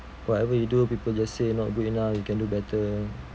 whatever you do people just say not good enough you can do better